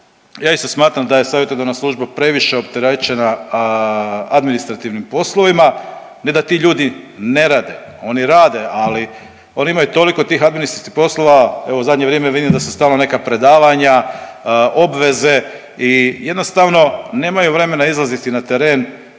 ja isto smatram da je savjetodavna služba previše opterećena administrativnim poslovima, ne da ti ljudi ne rade, oni rade, ali oni imaju toliko tih administrativnih poslova, evo u zadnje vrijeme vidim da su stalno neka predavanja, obveze i jednostavno nemaju vremena izlaziti na teren